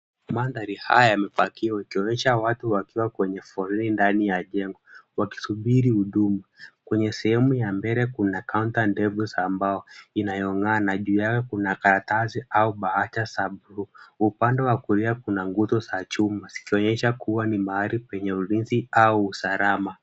Mandhari haya yamepakiwa ikionyesha watu wakiwa kwenye foleni ndani ya jengo, wakisubiri hudumu. Kwenye sehemu ya mbele, kuna kaunta ndefu ambayo inaongea na juu yake kuna karatasi au bahasha sabu. Upande wa kulia kuna nguzo za chuma, zikionyesha kuwa ni mahali penye ulinzi au usalama.